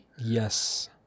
Yes